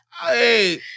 Hey